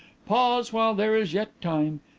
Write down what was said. pause while there is yet time.